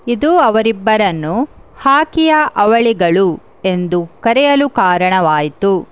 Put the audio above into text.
ಇದು ಅವರಿಬ್ಬರನ್ನು ಹಾಕಿಯ ಅವಳಿಗಳು ಎಂದು ಕರೆಯಲು ಕಾರಣವಾಯಿತು